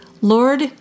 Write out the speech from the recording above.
Lord